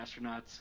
astronauts